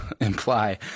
imply